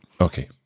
Okay